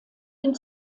den